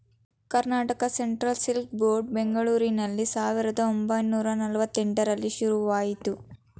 Karnataka central silk board ಬೆಂಗಳೂರಿನಲ್ಲಿ ಸಾವಿರದ ಒಂಬೈನೂರ ನಲ್ವಾತ್ತೆಂಟರಲ್ಲಿ ಶುರುವಾಯಿತು